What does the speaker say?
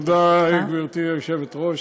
תודה, גברתי היושבת-ראש,